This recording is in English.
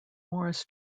morris